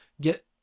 get